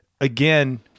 again